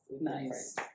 nice